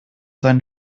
sein